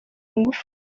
ngufu